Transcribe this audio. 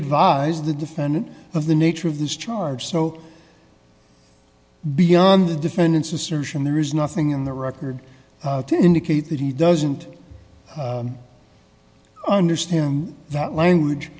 advised the defendant of the nature of this charge so beyond the defendant's assertion there is nothing in the record to indicate that he doesn't understand that language